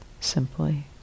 simply